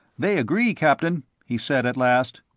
they agree, captain, he said at last.